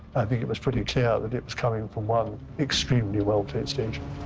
i think it was pretty clear that it was coming from one extremely well-placed agent.